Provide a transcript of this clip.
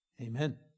Amen